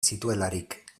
zituelarik